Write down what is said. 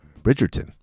Bridgerton